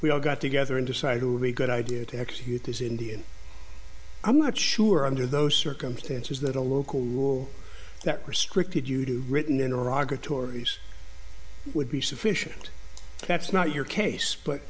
we all got together and decided to have a good idea to execute these indian i'm not sure under those circumstances that a little cool that restricted you to written in iraq or tories would be sufficient that's not your case but